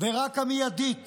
ורק המיידית